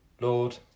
Lord